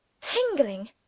tingling